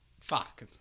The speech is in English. Fuck